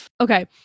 Okay